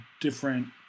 different